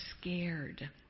scared